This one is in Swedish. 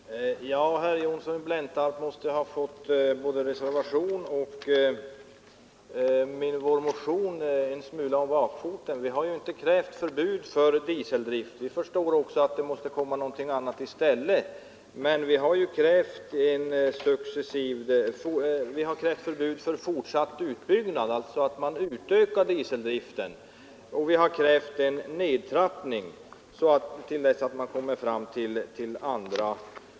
Herr talman! Herr Johnsson i Blentarp måste ha fått både reservationen och vår motion en smula om bakfoten — vi har ju inte krävt förbud mot dieseldrift; vi förstår också att det måste komma någonting annat i stället för diesel. Men vi har krävt förbud mot fortsatt utbyggnad, dvs. förbud mot utökning av dieseldriften, och vi har krävt en nedtrappning av användningen av diesel.